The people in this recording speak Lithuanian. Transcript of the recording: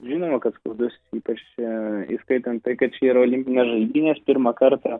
žinoma kad skaudus ypač įskaitant tai kad čia yra olimpinės žaidynės pirmą kartą